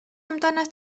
amdanat